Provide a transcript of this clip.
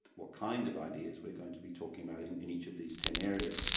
what kind of ideas we're going to be talking about, in in each of these ten areas,